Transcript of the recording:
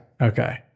Okay